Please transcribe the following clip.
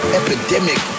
epidemic